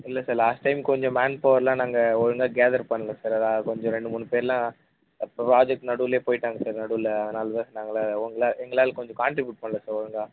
இல்லை sir last time கொஞ்சம் மேன் பவரெலாம் நாங்கள் ஒழுங்காக கேதர் பண்ணல சார் அதுதான் அது கொஞ்சம் ரெண்டு மூணு பேரெலாம் ப ப்ராஜெக்ட் நடுவிலேயே போய்விட்டாங்க சார் நடுவில் அதனால் தான் நாங்கள் உங்களை எங்களால் கொஞ்சம் காண்ட்ரிபியூட் பண்ணல சார் ஒழுங்காக